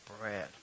bread